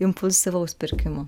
impulsyvaus pirkimo